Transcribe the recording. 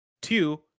two